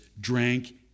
drank